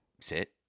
sit